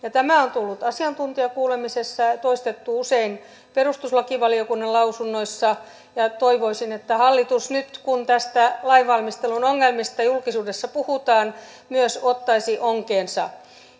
tämä on tullut asiantuntijakuulemisessa ja ja toistettu usein perustuslakivaliokunnan lausunnoissa toivoisin että hallitus nyt kun lainvalmistelun ongelmista julkisuudessa puhutaan myös ottaisi onkeensa